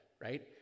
right